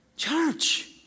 Church